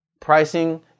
pricing